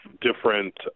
different